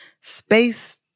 space